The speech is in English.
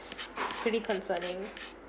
pretty concerning